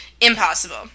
impossible